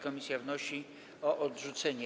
Komisja wnosi o jej odrzucenie.